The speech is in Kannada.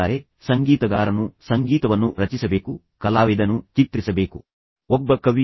ಇದು ದೊಡ್ಡ ವ್ಯತ್ಯಾಸವಲ್ಲ ಮತ್ತು ನೀವು ನಿಜವಾಗಿಯೂ ಕ್ಷಮಿಸಬಹುದು ಎಂದು ನೀವು ಅವನಿಗೆ ಮನವರಿಕೆ ಮಾಡಿಕೊಡಬಹುದು